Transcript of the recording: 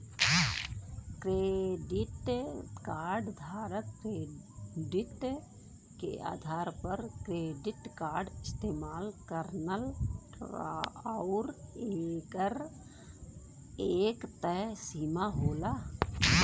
credit card धारक credit के आधार पर क्रेडिट कार्ड इस्तेमाल करलन आउर एकर एक तय सीमा होला